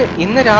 in the